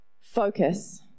Focus